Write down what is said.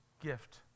gift